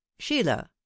sheila